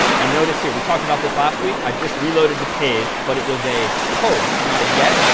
and notice here, we talked about this last week. i've just reloaded the page but it was a post not a get.